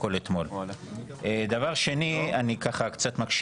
אני אגיד לך דבר אחד: מה שהתכוונו לומר